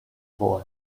boy